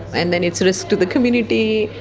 and then it's a risk to the community,